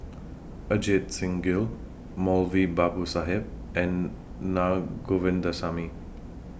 Ajit Singh Gill Moulavi Babu Sahib and Naa Govindasamy